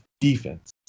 defense